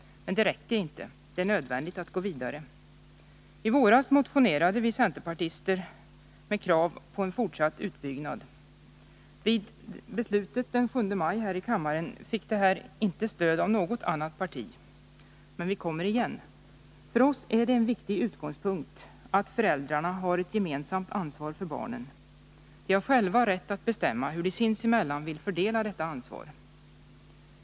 Men det räcker inte. Det är nödvändigt att gå vidare. I våras motionerade vi centerpartister med krav på en fortsatt utbyggnad. Vid beslutet den 7 maj här i kammaren fick detta krav inte stöd av något annat parti. Men vi kommer igen. För oss är det en viktig utgångspunkt att föräldrarna har ett gemensamt ansvar för barnen. De har själva rätt att bestämma hur de sinsemellan vill fördela detta ansvar.